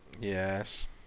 Yes